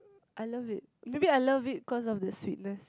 I love it maybe I love it cause of the sweetness